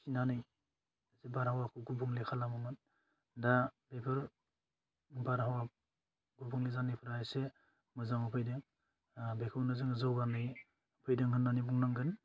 खिनानै बारहावाखौ गुबुंले खालामोमोन दा बेफोर बारहावा गुबुंले जानायफ्रा एसे मोजाङाव फैदों ओह बेखौनो जोङो जौगानाय फैदों होन्नानै बुंनांगोन